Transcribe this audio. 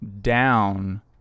down